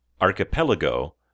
Archipelago